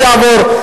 זה יעבור.